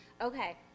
Okay